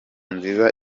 nziza